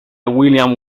william